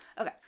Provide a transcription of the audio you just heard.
Okay